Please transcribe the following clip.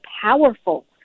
powerful